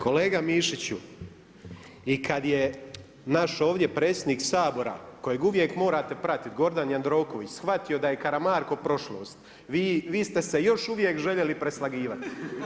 Kolega Mišiću, i kada je naš ovdje predsjednik Sabora kojeg uvijek morate pratiti Gordan Jandroković shvatio da je Karamarko prošlost, vi ste se još uvijek željeli preslagivati.